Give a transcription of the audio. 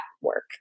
work